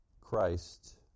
Christ